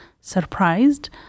surprised